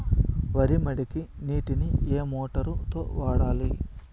వరి మడికి నీటిని ఏ మోటారు తో వాడాలి?